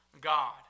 God